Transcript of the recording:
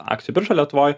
akcijų birža lietuvoj